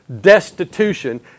destitution